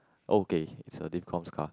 okay it's a div comm's car